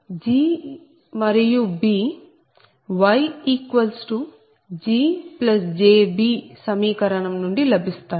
G మరియు B Y G jB సమీకరణం నుండి లభిస్తాయి